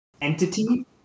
entity